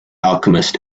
alchemist